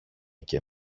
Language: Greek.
και